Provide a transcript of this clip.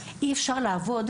אי אפשר לעבוד,